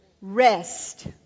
rest